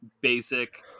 basic